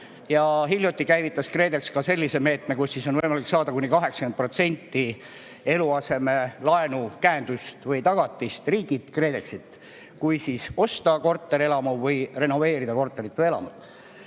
Hiljuti käivitas KredEx ka sellise meetme, millega on võimalik saada kuni 80% eluaseme laenu, käendust või tagatist riigilt, KredExilt, kui osta korterelamu või renoveerida korterit või elamut.